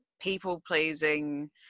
people-pleasing